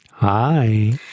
Hi